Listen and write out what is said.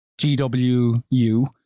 GWU